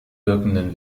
wirkenden